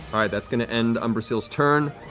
that's going to end umbrasyl's turn.